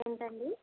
ఏంటండి